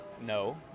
no